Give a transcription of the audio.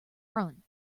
run